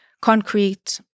concrete